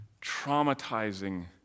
traumatizing